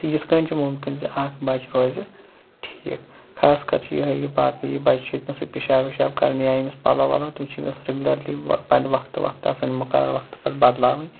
تہٕ یِتھٕ کٔنۍ چھُ مُمکِن زِ اکھ بچہِ روزِ ٹھیٖک خاص کَر چھِ یِہَے یہِ باقٕے یہِ بچہِ چھُ ییٚتنس یہِ پِشاب وِشاب کَران یا أمِس پَلو وَلو تِم چھِ أمِس رگوٗلرلی پنٕنہِ وقتہٕ وقتہٕ آسان مُقرر وقتہٕ پتہٕ بدلاوٕنۍ